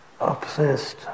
obsessed